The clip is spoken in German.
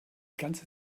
ganze